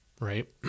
right